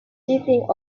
sitting